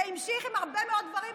זה המשיך עם הרבה מאוד דברים,